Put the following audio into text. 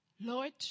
Lord